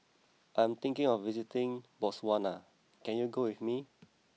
I am thinking of visiting Botswana can you go with me